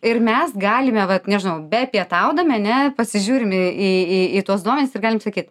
ir mes galime vat nežinau be pietaudami ane pasižiūrime į į į tuos duomenis ir galim sakyt